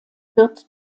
wird